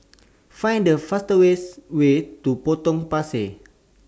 Find The fastest Way to Potong Pasir